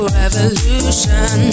revolution